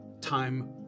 time